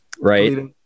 right